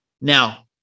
Now